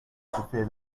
before